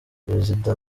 perezida